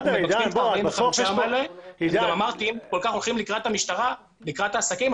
אם כל כך הולכים לקראת העסקים,